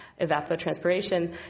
evapotranspiration